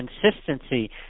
Consistency